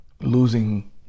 losing